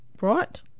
Right